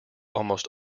almost